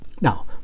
Now